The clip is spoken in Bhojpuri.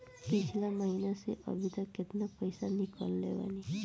पिछला महीना से अभीतक केतना पैसा ईकलले बानी?